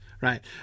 Right